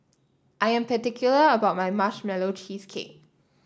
I am particular about my Marshmallow Cheesecake